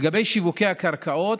לגבי שיווקי הקרקעות,